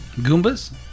goombas